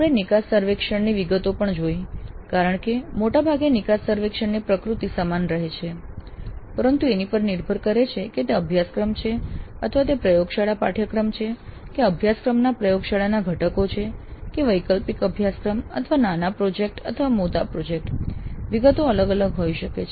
આપણે નિકાસ સર્વેક્ષણની વિગતો પણ જોઈ કારણ કે મોટાભાગે નિકાસ સર્વેક્ષણની પ્રકૃતિ સમાન રહે છે પરંતુ એની પર નિર્ભર કરે છે કે તે અભ્યાસક્રમ છે અથવા તે પ્રયોગશાળા પાઠ્યક્રમ છે કે અભ્યાસક્રમના પ્રયોગશાળાના ઘટકો છે કે વૈકલ્પિક અભ્યાસક્રમ અથવા નાના પ્રોજેક્ટ્સ અથવા મોટા પ્રોજેક્ટ્સ વિગતો અલગ અલગ હોઈ શકે છે